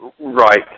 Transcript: Right